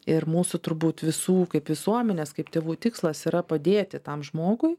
ir mūsų turbūt visų kaip visuomenės kaip tėvų tikslas yra padėti tam žmogui